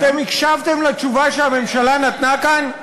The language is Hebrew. אתם הקשבתם לתשובה שהממשלה נתנה כאן?